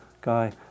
guy